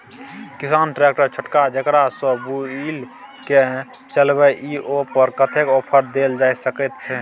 किसान ट्रैक्टर छोटका जेकरा सौ बुईल के चलबे इ ओय पर कतेक ऑफर दैल जा सकेत छै?